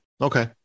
Okay